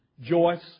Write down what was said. Joyce